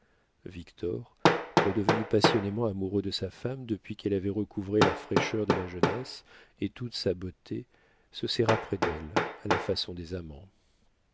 redevenu passionnément amoureux de sa femme depuis qu'elle avait recouvré la fraîcheur de la jeunesse et toute sa beauté se serra près d'elle à la façon des amants